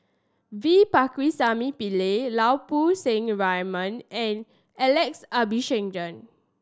V Pakirisamy Pillai Lau Poo Seng Raymond and Alex Abisheganaden